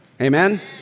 Amen